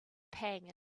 pang